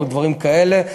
דברים כאלה.